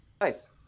Nice